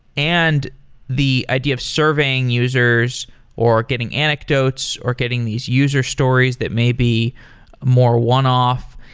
and the idea of serving users or getting anecdotes or getting these user stories that may be more one off.